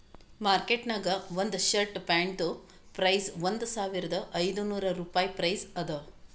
market ನಾಗ್ ಒಂದ್ shirt ಪ್ಯಾಂಟ್ದು ಪ್ರೈಸ್ ಒಂದ್ ಸಾವಿರದ ಐದ ನೋರ್ ರುಪಾಯಿ ಪ್ರೈಸ್ ಅದಾ